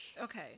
Okay